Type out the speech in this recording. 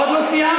עוד לא סיימתי.